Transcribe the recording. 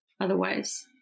Otherwise